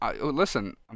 listen